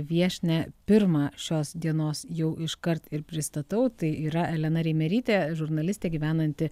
viešnią pirmą šios dienos jau iškart ir pristatau tai yra elena reimerytė žurnalistė gyvenanti